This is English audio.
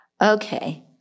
Okay